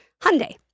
Hyundai